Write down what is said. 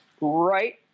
right